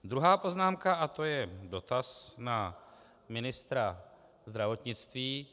Druhá poznámka a to je dotaz na ministra zdravotnictví.